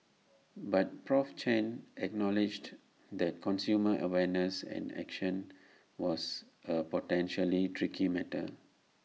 but Prof Chen acknowledged that consumer awareness and action was A potentially tricky matter